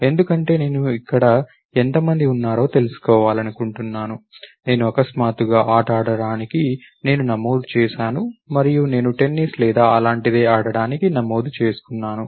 ఎందుకంటే నేను అక్కడ ఎంత మంది ఉన్నారో తెలుసుకోవాలనుకుంటున్నాను నేను అకస్మాత్తుగా ఆట ఆడడానికి నేను నమోదు చేసాను మరియు నేను టెన్నిస్ లేదా అలాంటిదే ఆడటానికి నమోదు చేసుకున్నాను